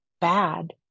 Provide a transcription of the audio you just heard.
bad